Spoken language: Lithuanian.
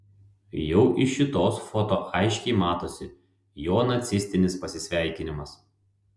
jau iš šitos foto aiškiai matosi jo nacistinis pasisveikinimas